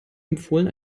empfohlen